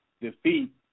defeat